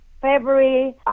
February